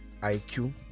IQ